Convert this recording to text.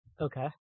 Okay